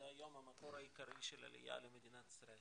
זה היום המקור העיקרי של עלייה למדינת ישראל